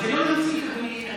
אבל זה לא להוסיף, אדוני.